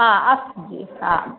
हा अस्तु जि हा